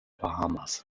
bahamas